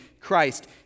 Christ